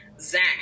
Zach